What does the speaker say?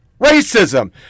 racism